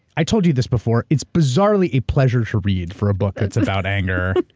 i told you this before. it's bizarrely a pleasure to read for a book that's about anger.